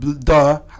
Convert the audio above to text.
duh